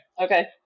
Okay